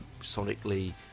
sonically